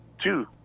two